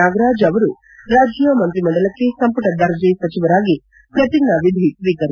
ನಾಗರಾಜ್ ಅವರು ರಾಜ್ಯ ಮಂತ್ರಿಮಂಡಲಕ್ಕೆ ಸಂಪುಟ ದರ್ಜೆ ಸಚಿವರಾಗಿ ಪ್ರತಿಜ್ಞಾನಿಧಿ ಸ್ತೀಕರಿಸಿದರು